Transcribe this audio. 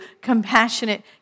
compassionate